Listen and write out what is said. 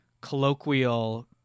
colloquial